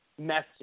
message